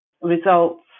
results